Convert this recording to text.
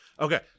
Okay